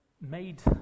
made